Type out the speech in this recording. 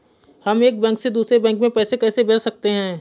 हम एक बैंक से दूसरे बैंक में पैसे कैसे भेज सकते हैं?